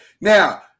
Now